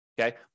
Okay